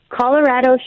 Colorado